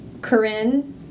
Corinne